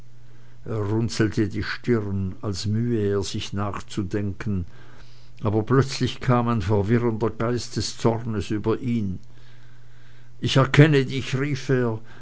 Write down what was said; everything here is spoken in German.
er runzelte die stirn als mühe er sich nachzudenken aber plötzlich kam ein verwirrender geist des zornes über ihn ich erkenne dich rief er